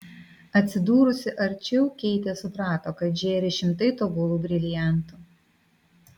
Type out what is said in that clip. atsidūrusi arčiau keitė suprato kad žėri šimtai tobulų briliantų